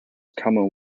common